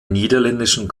niederländischen